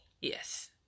Yes